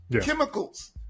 Chemicals